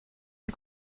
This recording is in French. des